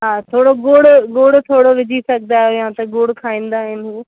हा थोरो ॻुड़ु ॻुड़ु थोरो विझी सघंदा आहियो या त ॻुड़ु खाईंदा आहिनि हूअ